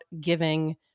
giving